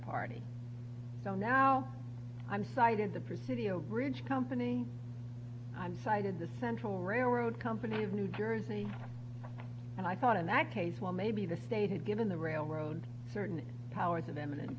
party so now i'm cited the presidio bridge company i'm cited the central railroad company of new jersey and i thought in that case well maybe the state had given the railroad certain powers of eminent